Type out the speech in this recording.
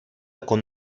con